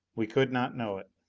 we could not know it.